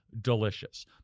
delicious